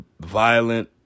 violent